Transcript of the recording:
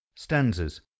Stanzas